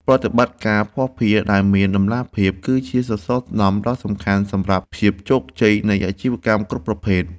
ប្រតិបត្តិការភស្តុភារដែលមានតម្លាភាព គឺជាសសរស្តម្ភដ៏សំខាន់សម្រាប់ភាពជោគជ័យនៃអាជីវកម្មគ្រប់ប្រភេទ។